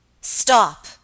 Stop